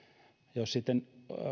jos sitten